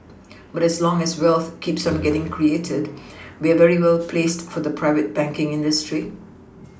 but as long as wealth keeps on getting created we are very well placed for the private banking industry